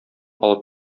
алып